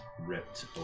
ripped